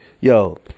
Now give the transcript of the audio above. yo